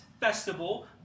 festival